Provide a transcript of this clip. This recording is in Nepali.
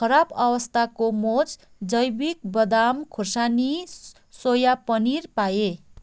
खराब अवस्थाको मोज जैविक बदाम खोर्सानी सोया पनिर पाएँ